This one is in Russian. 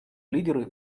лидеры